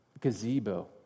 gazebo